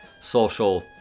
social